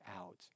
out